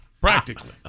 Practically